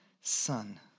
Son